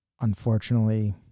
unfortunately